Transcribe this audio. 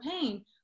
pain